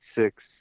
six